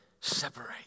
Separate